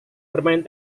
bermain